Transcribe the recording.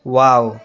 wow